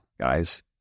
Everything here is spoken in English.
guys